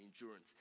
endurance